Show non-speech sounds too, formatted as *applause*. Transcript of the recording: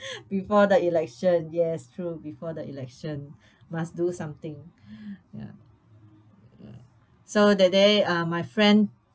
before the election yes true before the election must do something *breath* ya mm so that day uh my friend